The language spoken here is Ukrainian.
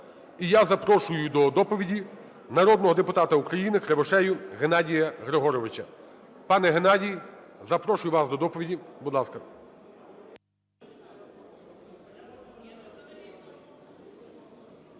І я запрошую до доповіді народного депутата України Кривошею Геннадія Григоровича. Пане Геннадій, запрошую вас до доповіді, будь ласка.